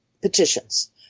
petitions